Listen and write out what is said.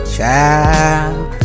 Child